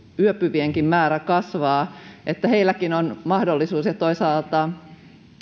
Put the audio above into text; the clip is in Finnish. yöpyvienkin määrä kasvaa niin heilläkin on mahdollisuus hyödyntää ja toisaalta